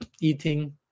eating